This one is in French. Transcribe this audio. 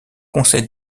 conseil